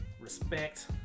respect